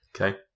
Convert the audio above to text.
Okay